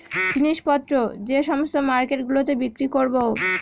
জিনিস পত্র যে সমস্ত মার্কেট গুলোতে বিক্রি করবো